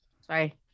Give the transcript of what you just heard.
Sorry